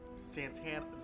Santana